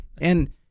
and-